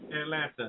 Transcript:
Atlanta